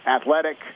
Athletic